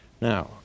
Now